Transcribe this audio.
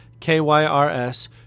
kyrs